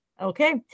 Okay